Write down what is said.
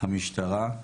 המשטרה.